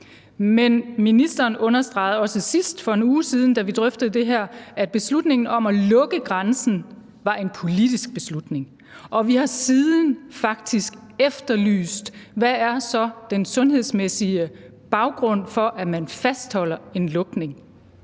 Ministeren understregede også sidst, for en uge siden, da vi drøftede det her, at beslutningen om at lukke grænsen var en politisk beslutning. Og siden det har vi faktisk efterlyst at få at vide, hvad der så er den sundhedsmæssige baggrund, for at man fastholder en lukning.